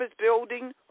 building